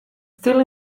still